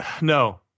No